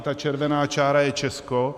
Ta červená čára je Česko.